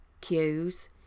cues